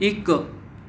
ਇੱਕ